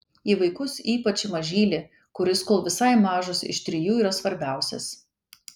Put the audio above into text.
į vaikus ypač į mažylį kuris kol visai mažas iš trijų yra svarbiausias